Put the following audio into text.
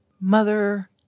mother